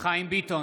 חיים ביטון,